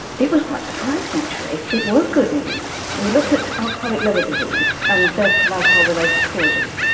it was quite surprising actually, it was good news. we looked at alcoholic liver disease and death from alcohol-related causes,